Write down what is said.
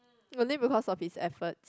only because of his effort